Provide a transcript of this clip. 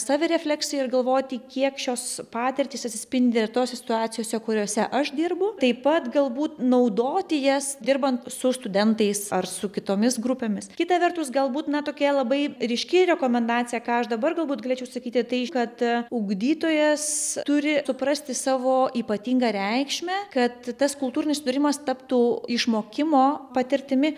savirefleksija ir galvoti kiek šios patirtys atsispindi ir tose situacijose kuriose aš dirbu taip pat galbūt naudoti jas dirbant su studentais ar su kitomis grupėmis kita vertus galbūt na tokia labai ryški rekomendacija ką aš dabar galbūt galėčiau sakyti tai kad ugdytojas turi suprasti savo ypatingą reikšmę kad tas kultūrinis susidūrimas taptų išmokimo patirtimi